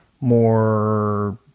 more